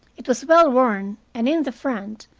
it was well-worn, and in the front,